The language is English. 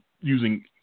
using